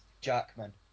Jackman